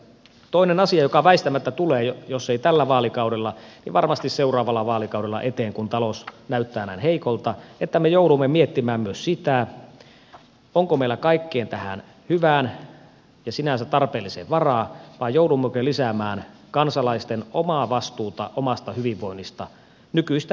toinen asia joka väistämättä tulee eteen jos ei tällä vaalikaudella niin varmasti seuraavalla vaalikaudella kun talous näyttää näin heikolta on että me joudumme miettimään myös sitä onko meillä kaikkeen tähän hyvään ja sinänsä tarpeelliseen varaa vai joudummeko lisäämään kansalaisten omaa vastuuta omasta hyvinvoinnistaan nykyistä hieman enemmän